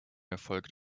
erfolgt